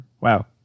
wow